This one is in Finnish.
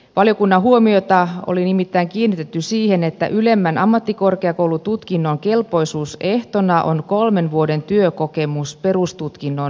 valiokunnan huomiota oli nimittäin kiinnitetty siihen että ylemmän ammattikorkeakoulututkinnon kelpoisuusehtona on kolmen vuoden työkokemus perustutkinnon jälkeen